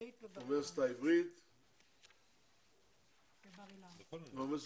העברית ואוניברסיטת בר אילן.